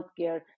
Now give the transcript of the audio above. healthcare